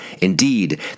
Indeed